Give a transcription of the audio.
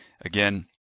again